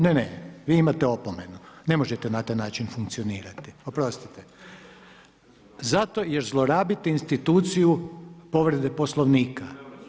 Ne, ne, vi imate opomenu, ne možete na taj način funkcionirati, oprostite, zato jer zlorabite instituciju povrede poslovnika.